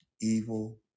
evil